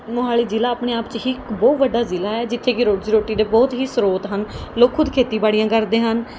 ਮੋਹਾਲੀ ਜ਼ਿਲ੍ਹਾ ਆਪਣੇ ਆਪ 'ਚ ਹੀ ਇੱਕ ਬਹੁਤ ਵੱਡਾ ਜ਼ਿਲ੍ਹਾ ਹੈ ਜਿੱਥੇ ਕਿ ਰੋਜ਼ੀ ਰੋਟੀ ਦੇ ਬਹੁਤ ਹੀ ਸ੍ਰੋਤ ਹਨ ਲੋਕ ਖੁਦ ਖੇਤੀਬਾੜੀਆਂ ਕਰਦੇ ਹਨ